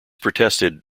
protested